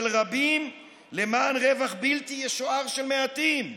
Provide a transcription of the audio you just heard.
רבים למען רווח בלתי ישוער של מעטים,